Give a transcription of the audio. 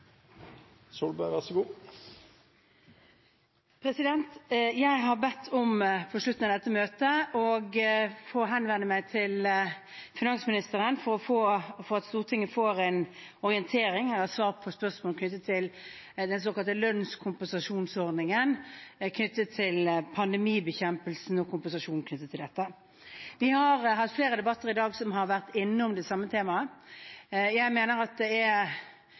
Jeg har på slutten av dette møtet bedt om å få henvende meg til finansministeren for at Stortinget skal få en orientering, eller svar på spørsmål, om den såkalte lønnskompensasjonsordningen knyttet til pandemibekjempelsen og kompensasjonen i forbindelse med dette. Vi har hatt flere debatter i dag som har vært innom det samme temaet. Jeg mener det er ingen grunn til å si at ikke alle i denne salen er